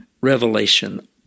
revelation